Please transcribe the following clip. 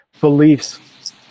beliefs